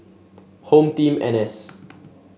Home Team N S